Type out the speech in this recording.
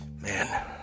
Man